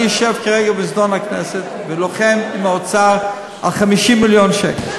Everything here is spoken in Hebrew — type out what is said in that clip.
אני יושב כרגע במזנון הכנסת ולוחם עם האוצר על 50 מיליון שקל.